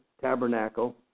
tabernacle